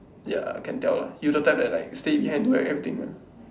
ya can tell lah you the type that like stay behind do everything one